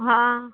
हँ